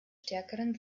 stärkeren